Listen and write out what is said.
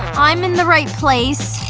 i'm in the right place.